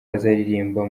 azaririmba